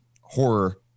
horror